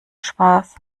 spaß